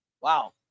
wow